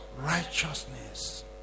Righteousness